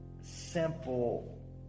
simple